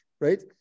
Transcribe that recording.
right